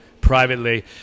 privately